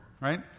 right